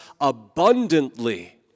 abundantly